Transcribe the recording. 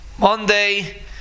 Monday